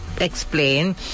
explain